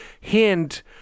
hint